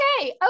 Okay